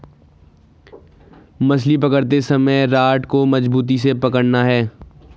मछली पकड़ते समय रॉड को मजबूती से पकड़ना है